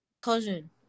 Cousin